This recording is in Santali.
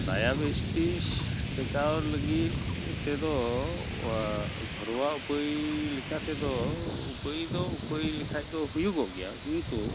ᱰᱟᱭᱟᱵᱮᱴᱤᱥ ᱴᱮᱠᱟᱣ ᱞᱟᱹᱜᱤᱫ ᱛᱮᱫᱚ ᱜᱷᱚᱨᱚᱣᱟ ᱩᱯᱟᱹᱭ ᱞᱮᱠᱟᱛᱮᱫᱚ ᱩᱯᱟᱹᱭᱫᱚ ᱩᱯᱟᱹᱭ ᱞᱮᱠᱷᱟᱱ ᱫᱚ ᱦᱩᱭᱩᱜᱚᱜ ᱜᱮᱭᱟ ᱠᱤᱱᱛᱩ